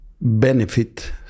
benefit